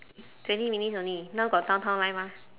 twenty minutes only now got downtown line mah